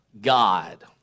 God